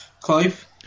Clive